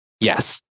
yes